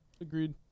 agreed